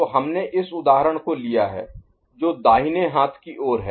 तो हमने इस उदाहरण को लिया है जो दाहिने हाथ की ओर है